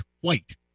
White